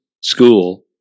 school